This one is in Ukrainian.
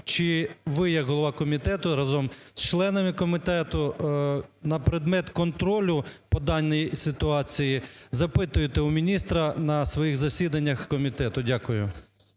чи ви як голова комітету разом з членами комітету на предмет контролю по даній ситуації запитуєте у міністра на своїх засіданнях комітету. Дякую.